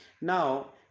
Now